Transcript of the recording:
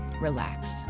relax